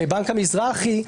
בבנק המזרחי,